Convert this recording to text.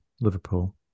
Liverpool